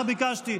ככה ביקשתי.